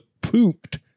pooped